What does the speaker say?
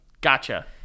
Gotcha